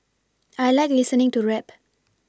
I like listening to rap